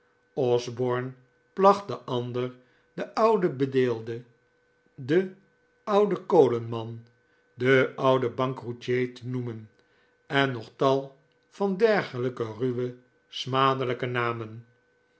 osborne placht den ander den ouden bedeelde den ouden kolenman den ouden bankroetier te noemen en nog tal van dergelijke ruwe smadelijke namen